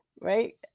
right